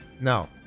No